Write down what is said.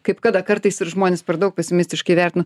kaip kada kartais ir žmonės per daug pasimistiškai vertina